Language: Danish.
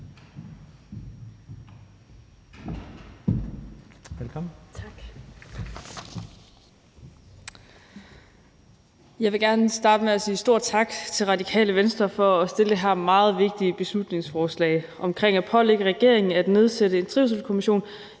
(LA): Tak. Jeg vil gerne starte med at sige stor tak til Radikale Venstre for at fremsætte det her meget vigtige beslutningsforslag om at pålægge regeringen at nedsætte en trivselskommission